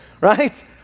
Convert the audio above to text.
right